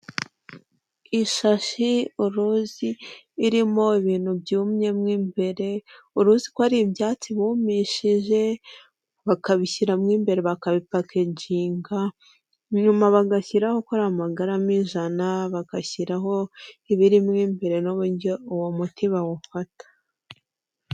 Ishashi uruzi irimo ibintu byumye mo imbere, uruzi ko ari ibyatsi bumishije bakabishyira mo imbere bakabipajinga inyuma bagashyiraho ko ari amagarama ijana, bagashyiraho ibirimo mbere n'uburyo uwo muti bawufata.